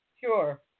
Sure